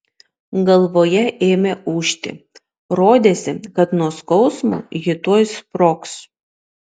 galvoje ėmė ūžti rodėsi kad nuo skausmo ji tuoj sprogs